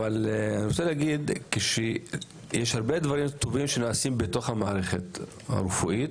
יש הרבה דברים טובים שנעשים במערכת הרפואית,